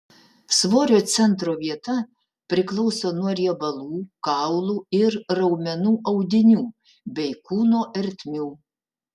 svorio centro vieta priklauso nuo riebalų kaulų ir raumenų audinių bei kūno ertmių